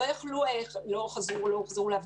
חלקו הלא מבוטל נובע ממחסור קיצוני בכוח